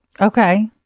Okay